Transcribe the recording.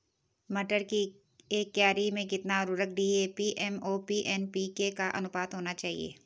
मटर की एक क्यारी में कितना उर्वरक डी.ए.पी एम.ओ.पी एन.पी.के का अनुपात होना चाहिए?